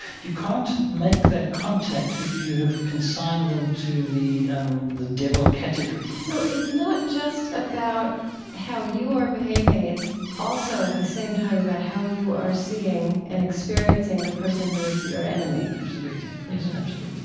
you can't make that contact if you have consigned them to the um the devil category so, it's not just about how you are behaving. it's also, at the same time, about how you are seeing and experiencing the person who is your enemy, absolutely. yes. absolutely